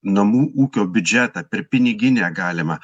namų ūkio biudžetą per piniginę galima